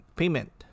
payment